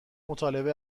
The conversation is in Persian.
مطالبه